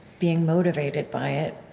being motivated by it,